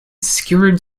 skewered